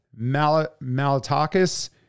Malatakis